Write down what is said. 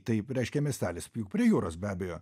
taip reiškia miestelis juk prie jūros be abejo